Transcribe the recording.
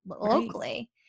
locally